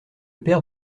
père